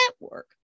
Network